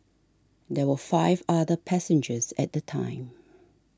there were five other passengers at the time